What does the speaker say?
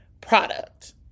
product